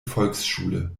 volksschule